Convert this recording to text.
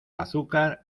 azúcar